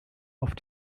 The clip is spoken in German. auf